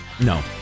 No